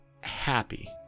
happy